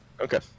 Okay